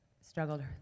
struggled